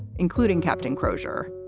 including captain crozier.